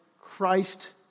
Christ